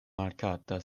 markata